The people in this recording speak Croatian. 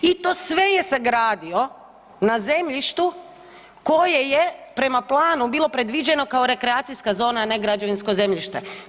I to sve je sagradio na zemljištu koje je prema planu bilo predviđeno kao rekreacijska zona, a ne građevinsko zemljište.